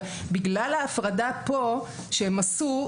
בגלל ההפרדה שהם עשו כאן,